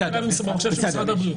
יש תקלה במחשב של משרד הבריאות,